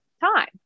time